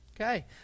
okay